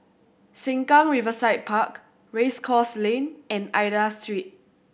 Sengkang Riverside Park Race Course Lane and Aida Street